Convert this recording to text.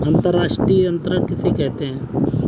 अंतर्राष्ट्रीय अंतरण किसे कहते हैं?